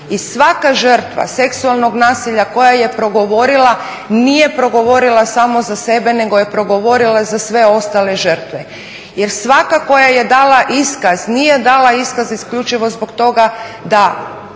i svaka žrtva seksualnog nasilja koja je progovorila nije progovorila samo za sebe, nego je progovorila za sve ostale žrtve. Jer svaka koja je dala iskaz nije dala iskaz isključivo zbog toga da